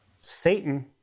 Satan